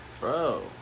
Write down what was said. Bro